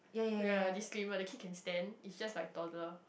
ya this game ah the kid can stand is just like toddler